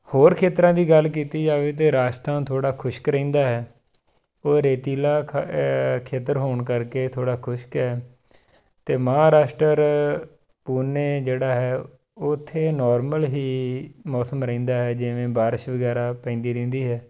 ਹੋਰ ਖੇਤਰਾਂ ਦੀ ਗੱਲ ਕੀਤੀ ਜਾਵੇ ਤਾਂ ਰਾਜਸਥਾਨ ਥੋੜ੍ਹਾ ਖੁਸ਼ਕ ਰਹਿੰਦਾ ਹੈ ਉਹ ਰੇਤੀਲਾ ਖ ਖੇਤਰ ਹੋਣ ਕਰਕੇ ਥੋੜ੍ਹਾ ਖੁਸ਼ਕ ਹੈ ਅਤੇ ਮਹਾਰਾਸ਼ਟਰ ਪੂਨੇ ਜਿਹੜਾ ਹੈ ਉੱਥੇ ਨੋਰਮਲ ਹੀ ਮੌਸਮ ਰਹਿੰਦਾ ਹੈ ਜਿਵੇਂ ਬਾਰਿਸ਼ ਵਗੈਰਾ ਪੈਂਦੀ ਰਹਿੰਦੀ ਹੈ